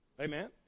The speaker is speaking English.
Amen